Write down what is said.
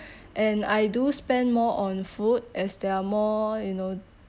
and I do spend more on food as there are more you know